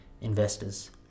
investors